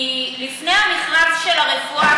לפני המכרז של הרפואה,